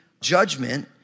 judgment